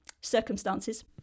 circumstances